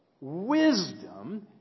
wisdom